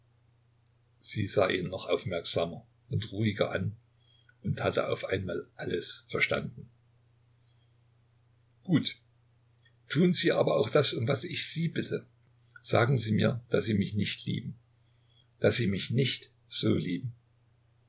sie sah ihn noch aufmerksamer und ruhiger an und hatte auf einmal alles verstanden gut tun sie aber auch das um was ich sie bitte sagen sie mir daß sie mich nicht lieben daß sie mich nicht so lieben